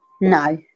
no